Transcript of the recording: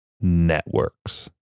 networks